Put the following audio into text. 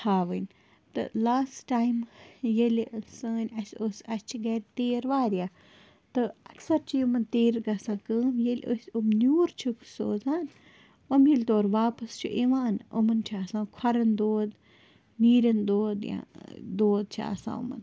تھاوٕنۍ تہٕ last time ییٚلہِ سٲنۍ اَسہِ ٲس اَسہِ چھِ گَرِ تیٖر واریاہ تہٕ اَکثَر چھِ یِمَن تیٖرٕ گژھان کٲم ییٚلہِ أسۍ یِم نیوٗر چھُکھ سوزان یِم ییٚلہِ تورٕ واپَس چھِ یِوان یِمَن چھِ آسان کھۄرَن دود نیرٮ۪ن دود یا دود چھِ آسان یِمَن